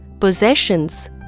Possessions